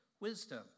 wisdom